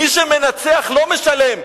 מי שמנצח, לא משלם.